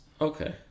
Okay